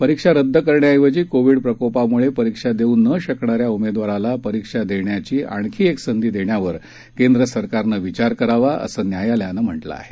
परीक्षा रद्द करण्याऐवजी कोविड प्रकोपामुळे परीक्षा देऊ न शकणाऱ्या उमेदवाराला परीक्षा देण्याची आणखी एक संधी देण्यावर केंद्र सरकारनं विचार करावा असं न्यायालयानं म्हटलं आहे